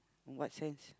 in what sense